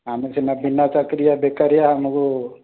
ଆମେ ସିନା ବିନା ଚାକିରିଆ ବେକାରିଆ ଆମକୁ